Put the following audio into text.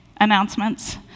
announcements